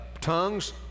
tongues